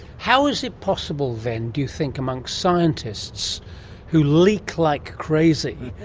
how is it possible then, do you think, amongst scientists who leak like crazy,